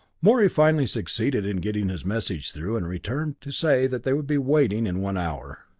morey finally succeeded in getting his message through, and returned to say that they would be waiting in one hour.